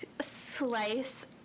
slice